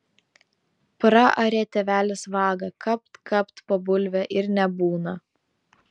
praarė tėvelis vagą kapt kapt po bulvę ir nebūna